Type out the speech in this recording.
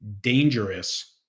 dangerous